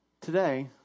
Today